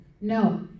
No